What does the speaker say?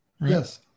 Yes